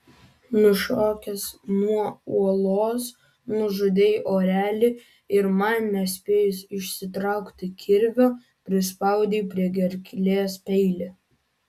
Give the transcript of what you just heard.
nušokęs nuo uolos nužudei orelį ir man nespėjus išsitraukti kirvio prispaudei prie gerklės peilį